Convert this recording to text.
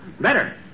Better